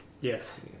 Yes